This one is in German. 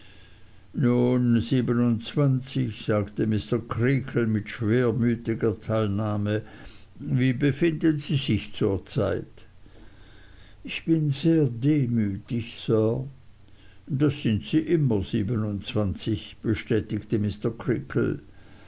nun sagte mr creakle mit schwermütiger teilnahme wie befinden sie sich zur zeit ich bin sehr demütig sir das sind sie immer bestätigte